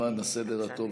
למען הסדר הטוב,